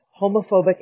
homophobic